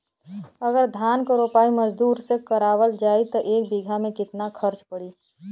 अगर धान क रोपाई मजदूर से करावल जाई त एक बिघा में कितना खर्च पड़ी?